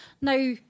Now